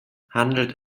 handelt